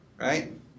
right